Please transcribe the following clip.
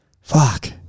Fuck